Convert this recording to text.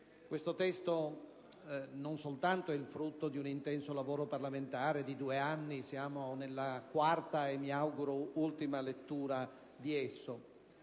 nostro esame non soltanto è il frutto di un intenso lavoro parlamentare durato due anni - siamo alla quarta e mi auguro ultima lettura - ma